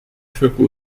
chvilku